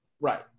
Right